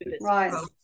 Right